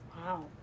Wow